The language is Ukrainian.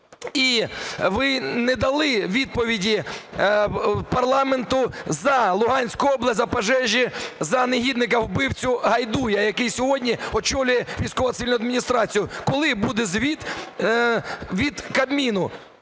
і ви не дали відповіді парламенту за Луганську область, за пожежі, за негідника-вбивцю Гайдая, який сьогодні очолює військово-цивільну адміністрацію. Коли буде звіт від Кабміну,